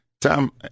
Tom